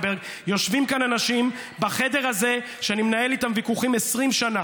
יושבים כאן אנשים בחדר הזה שאני מנהל איתם ויכוחים 20 שנה,